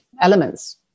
elements